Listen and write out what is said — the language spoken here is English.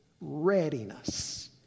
readiness